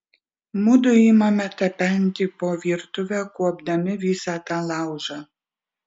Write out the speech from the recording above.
mudu imame tapenti po virtuvę kuopdami visą tą laužą